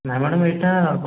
ନାଇଁ ମ୍ୟାଡ଼ମ ଏଇଟା